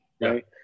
right